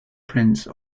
prince